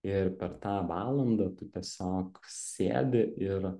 ir per tą valandą tu tiesiog sėdi ir